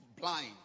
blind